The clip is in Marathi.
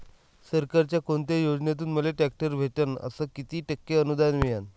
सरकारच्या कोनत्या योजनेतून मले ट्रॅक्टर भेटन अस किती टक्के अनुदान मिळन?